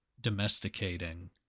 domesticating